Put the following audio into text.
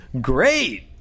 great